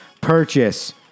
purchase